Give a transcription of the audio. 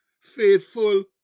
faithful